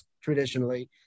traditionally